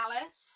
alice